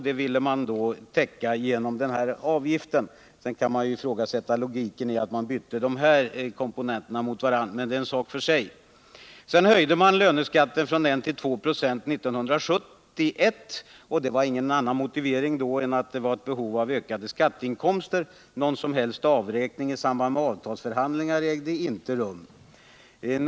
Det ville den regeringen täcka genom den här avgiften. Sedan kan man ifrågasätta logiken i att dessa komponenter byttes mot varandra, men det är en sak för sig. Därefter höjdes löneskatten från 1 till 2 96 år 1971, och det fanns ingen annan motivering då än att det förelåg ett behov av ökade skatteinkomster. Någon som helst avräkning i samband med avtalsförhandlingar ägde inte rum.